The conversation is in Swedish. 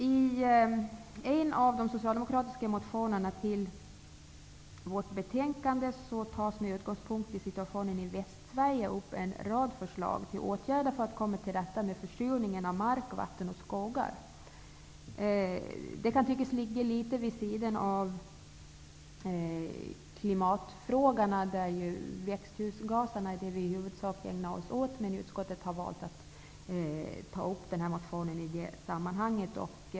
I en av de socialdemokratiska motionerna till detta betänkande tas med utgångspunkt i situationen i Västsverige upp en rad förslag till åtgärder för att man skall komma till rätta med försurningen av mark, vatten och skogar. Det kan tyckas ligga litet vid sidan av klimatfrågorna, där ju växthusgaserna är de väsentligaste, men utskottet har valt att behandla denna motion i det sammanhanget.